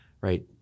right